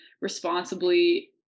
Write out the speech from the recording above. responsibly